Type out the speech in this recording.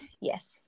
Yes